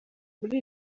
muri